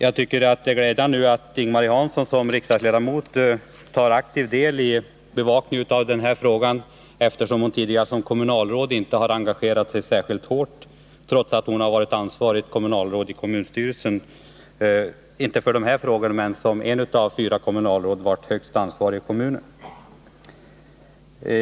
Jag tycker det är glädjande att Ing-Marie Hansson som riksdagsledamot tar aktiv deli bevakningen av den här frågan. Som kommunalråd har hon inte engagerat sig särskilt hårt, trots att hon har varit ansvarig i kommunstyrelsen. Hon har inte haft hand om dessa frågor, men som ett av fyra kommunalråd har hon dock tillhört de högsta ansvariga i kommunen.